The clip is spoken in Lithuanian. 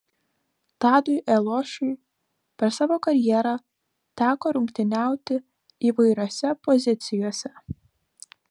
tadui eliošiui per savo karjerą teko rungtyniauti įvairiose pozicijose